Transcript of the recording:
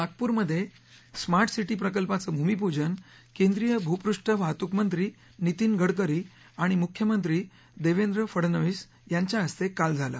नागपूरमध्ये smart city प्रकल्पाचं भूमिपूजन केंद्रीय भूपुष्ठ वाहतूक मंत्री नितीन गडकरी आणि मुख्यमंत्री देवेंद्र फडणवीस यांच्या हस्ते काल झालं